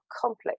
complex